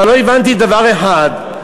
אבל לא הבנתי דבר אחד,